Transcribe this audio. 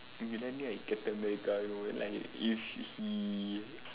okay let me like captain america it would be like if he